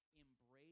embrace